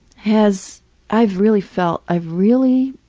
has i've really felt i really